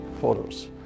photos